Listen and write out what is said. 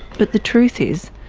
but the truth is.